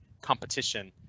competition